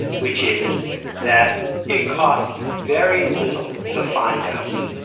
which is that it costs very little to find out.